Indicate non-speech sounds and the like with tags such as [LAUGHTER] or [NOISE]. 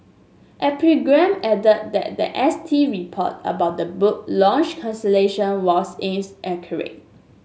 epigram added that the S T report about the book launch cancellation was [UNINTELLIGIBLE]